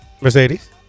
Mercedes